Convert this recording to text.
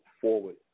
forward